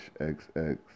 XX